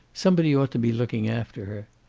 somebody ought to be looking after her.